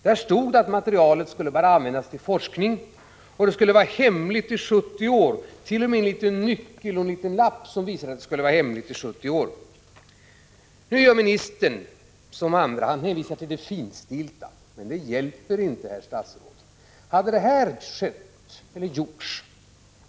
Där stod det att materialet bara skulle användas till forskning och att det skulle hållas hemligt i 70 år. Det fanns t.o.m. en nyckel, en lapp, som visade på detta. Nu gör ministern som andra gör. Han hänvisar till det finstilta. Men det hjälper inte, herr statsråd!